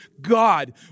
God